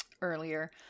earlier